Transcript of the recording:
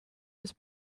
was